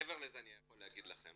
מעבר לזה, אני יכול להגיד לכם